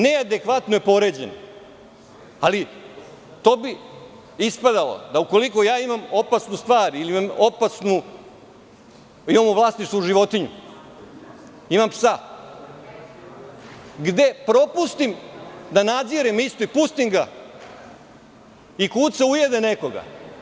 Neadekvatno je poređenje, ali to bi ispalo da ukoliko imam opasnu stvar, ili imam u vlasništvu životinju, imam psa, gde propustim da nadzirem istog i pustim ga i kuca ujede nekoga.